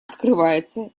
открывается